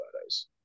photos